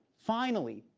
finally,